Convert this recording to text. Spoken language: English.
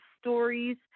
stories